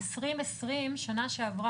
ב-2021,